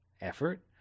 effort